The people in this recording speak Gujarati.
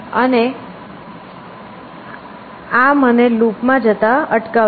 આ મને લૂપ માં જતા અટકાવશે